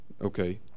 okay